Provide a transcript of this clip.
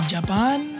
Japan